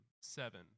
seven